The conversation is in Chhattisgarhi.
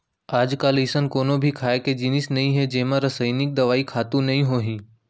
आजकाल अइसन कोनो भी खाए के जिनिस नइ हे जेमा रसइनिक दवई, खातू नइ होही